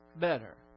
better